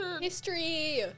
History